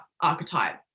archetype